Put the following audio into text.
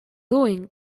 doing